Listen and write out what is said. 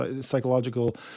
psychological